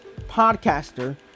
podcaster